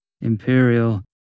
imperial